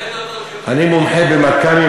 אני מומחה במקאמים,